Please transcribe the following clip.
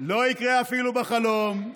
לא יקרה אפילו בחלום.